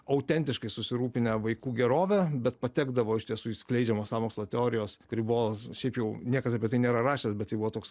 autentiškai susirūpinę vaikų gerove bet patekdavo iš tiesų į skleidžiamos sąmokslo teorijos ribos šiaip jau niekas apie tai nėra rašęs bet tai buvo toks